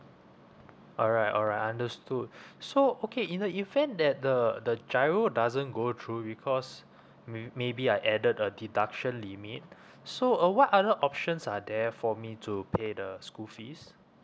alright alright understood so okay in the event that the the GIRO doesn't go through because may~ maybe I added a deduction limit so uh what other options are there for me to pay the school fees